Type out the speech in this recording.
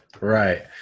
right